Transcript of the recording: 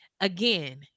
again